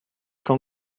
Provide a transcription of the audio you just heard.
quand